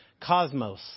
cosmos